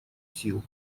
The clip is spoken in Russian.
сил